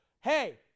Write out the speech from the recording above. Hey